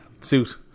suit